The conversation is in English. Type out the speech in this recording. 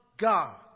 God